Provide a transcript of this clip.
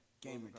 Gamer